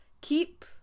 Keep